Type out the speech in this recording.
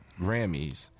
Grammys